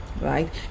right